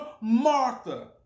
Martha